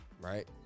right